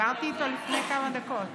דיברתי איתו לפני כמה דקות.